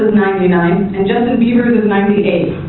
ninety nine and justin bieber's is ninety eight.